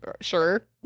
Sure